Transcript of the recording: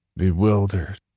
Bewildered